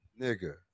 nigga